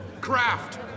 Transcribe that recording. craft